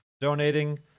donating